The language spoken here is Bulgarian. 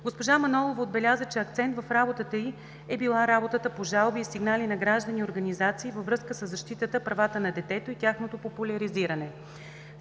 Госпожа Манолова отбеляза, че акцент в работата й е била работата по жалби и сигнали на граждани и организации във връзка със защитата правата на детето и тяхното популяризиране.